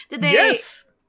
Yes